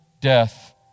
death